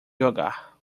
jogar